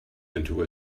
into